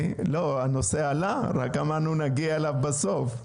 הנושא עלה רק אמרנו שנגיע אליו בסוף,